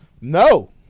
No